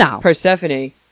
Persephone